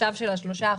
של 3%,